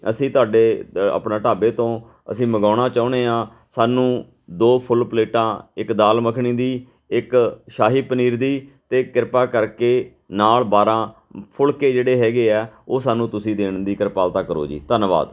ਅਸੀਂ ਤੁਹਾਡੇ ਆਪਣਾ ਢਾਬੇ ਤੋਂ ਅਸੀਂ ਮੰਗਵਾਉਣਾ ਚਾਹੁੰਦੇ ਹਾਂ ਸਾਨੂੰ ਦੋ ਫੁੱਲ ਪਲੇਟਾਂ ਇੱਕ ਦਾਲ ਮੱਖਣੀ ਦੀ ਇੱਕ ਸ਼ਾਹੀ ਪਨੀਰ ਦੀ ਅਤੇ ਕਿਰਪਾ ਕਰਕੇ ਨਾਲ ਬਾਰ੍ਹਾਂ ਫੁਲਕੇ ਜਿਹੜੇ ਹੈਗੇ ਹੈ ਉਹ ਸਾਨੂੰ ਤੁਸੀਂ ਦੇਣ ਦੀ ਕਿਰਪਾਲਤਾ ਕਰੋ ਜੀ ਧੰਨਵਾਦ